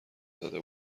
زده